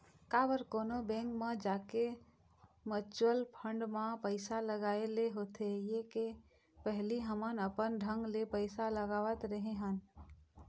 काबर कोनो बेंक म जाके म्युचुअल फंड म पइसा लगाय ले होथे ये के पहिली हमन अपन ढंग ले पइसा लगावत रेहे हन